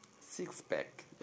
six-pack